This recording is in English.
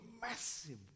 massive